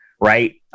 right